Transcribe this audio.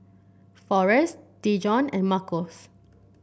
Forest Dejon and Marcos